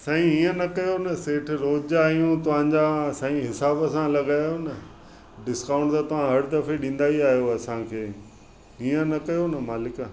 साईं हीअं न कयो न सेठ रोज़ जा आहियूं तव्हांजा साईं हिसाब सां लॻायो न डिस्काउंट त तव्हां हर दफ़े ॾींदा ई आहियो असांखे हीअं न कयो न मालिक